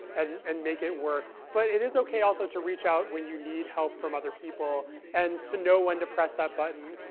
and and make it work. but it is ok also to reach out when you need help from other people and to know when to press that button.